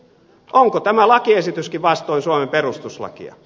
onko tämä lakiesityskin vastoin suomen perustuslakia